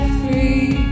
free